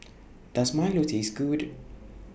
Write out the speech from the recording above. Does Milo Taste Good